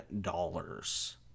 dollars